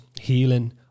healing